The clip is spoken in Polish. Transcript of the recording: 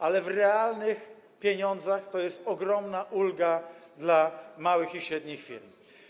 Ale w realnych pieniądzach to jest ogromna ulga dla małych i średnich firm.